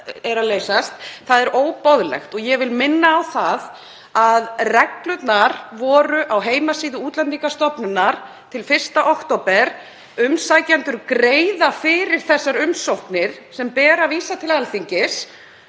er að leysast er óboðlegt. Ég vil minna á að reglurnar voru á heimasíðu Útlendingastofnunar til 1. október. Umsækjendur greiða fyrir þessar umsóknir sem ber að vísa til Alþingis.